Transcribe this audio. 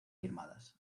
firmadas